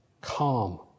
calm